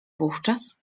wówczas